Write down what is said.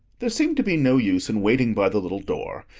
there seemed to be no use in waiting by the little door,